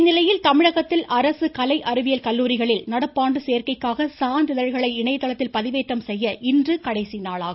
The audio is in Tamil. இந்நிலையில் தமிழகத்தில் அரசு கலை அறிவியல் கல்லுாரிகளில் நடப்பாண்டு சேர்க்கைக்காக சான்றிதழ்களை இணையதளத்தில் பதிவேற்றம் செய்ய இன்று கடைசிநாளாகும்